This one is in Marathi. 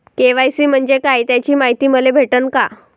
के.वाय.सी म्हंजे काय त्याची मायती मले भेटन का?